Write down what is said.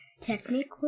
technique